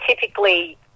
typically